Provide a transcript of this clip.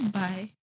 bye